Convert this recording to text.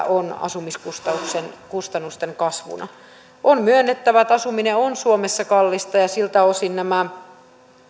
on asumiskustannusten kasvuna on myönnettävä että asuminen on suomessa kallista ja siltä osin nämä